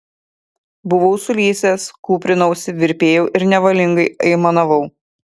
buvau sulysęs kūprinausi virpėjau ir nevalingai aimanavau